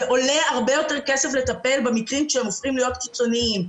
זה עולה הרבה יותר כסף לטפל במקרים שהופכים להיות קיצוניים.